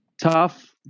tough